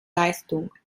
leistung